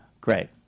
great